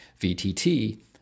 vtt